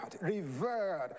revered